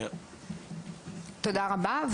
תודה רבה.